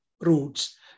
roots